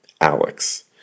Alex